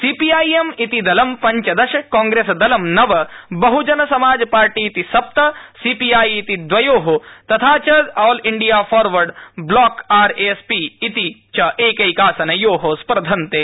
CPIM इति दलंपञ्चदश कांग्रेसदलं नव बहजन समाज पार्टी सप्त सीपीआई दवयोःतथा च all India forward bloc RSP इतिच एकैकासनयोःस्पर्धन्ते